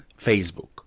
Facebook